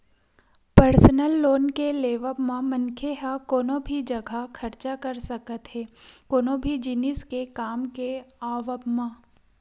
personal loan के लेवब म मनखे ह कोनो भी जघा खरचा कर सकत हे कोनो भी जिनिस के काम के आवब म